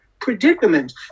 predicament